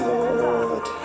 Lord